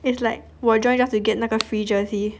it's like 我 join just to get 那个 free jersey